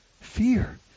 fear